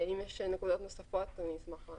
אם יש נקודות נוספות, אני אשמח לענות.